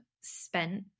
spent